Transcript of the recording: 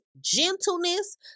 gentleness